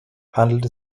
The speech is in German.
handelt